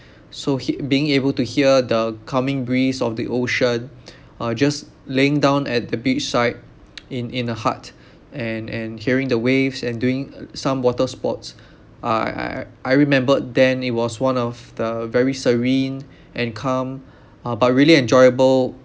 so he being able to hear the coming breeze of the ocean uh just laying down at the beachside in in a hut and and hearing the waves and doing some water sports I I I remembered then it was one of the very serene and calm uh but really enjoyable